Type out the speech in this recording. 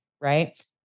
Right